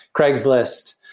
Craigslist